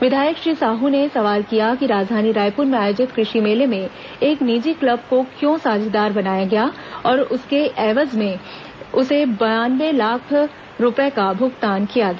विधायक श्री साहू ने सवाल किया कि राजधानी रायपुर में आयोजित कृषि मेले में एक निजी क्लब को क्यों साझेदार बनाया गया और उसके एवज में उसे बावन लाख रूपये का भुगतान किया गया